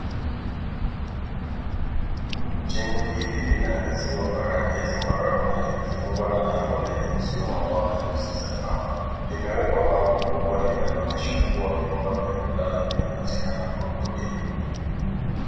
Jengo hili linaangaziwa kwa rangi ya zambarau na limefungwa na lango lenye uzio wa mbao ni nyuzi za kamba. Limewekwa bango kubwa linaloonyesha kuwa vyumba vya kulala vinapatikana kwa kodi.